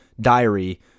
diary